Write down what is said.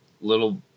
little